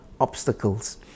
obstacles